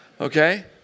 Okay